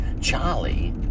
Charlie